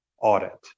audit